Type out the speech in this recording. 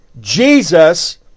Jesus